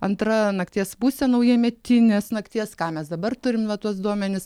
antra nakties pusė naujametinės nakties ką mes dabar turim va tuos duomenis